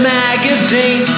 magazine